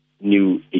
new